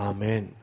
Amen